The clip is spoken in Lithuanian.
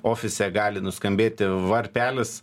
ofise gali nuskambėti varpelis